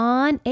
on